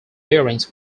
bearings